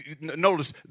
notice